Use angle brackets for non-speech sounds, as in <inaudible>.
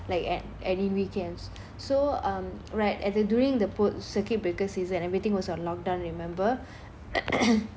like at any weekends so um right at the during the post circuit breaker season everything was on lockdown remember <coughs>